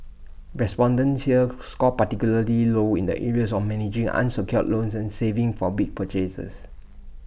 respondents here scored particularly low in the areas of managing unsecured loans and saving for big purchases